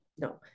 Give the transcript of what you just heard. No